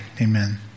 amen